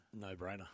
no-brainer